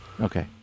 Okay